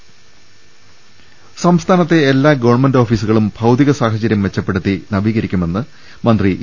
രുവെട്ടിട്ടിട്ടു സംസ്ഥാനത്തെ എല്ലാ ഗവൺമെന്റ് ഓഫീസുകളും ഭൌതിക സാഹചരൃം മെച്ചപ്പെടുത്തി നവീകരിക്കുമെന്ന് മന്ത്രി ഇ